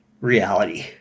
reality